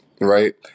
right